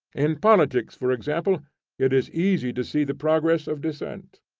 in politics for example it is easy to see the progress of dissent.